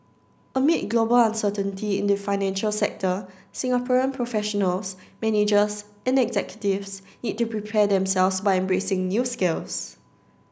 amid global uncertainty in the financial sector Singaporean professionals managers and executives need to prepare themselves by embracing new skills